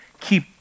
keep